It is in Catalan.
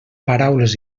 paraules